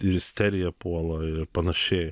į isteriją puola ir panašiai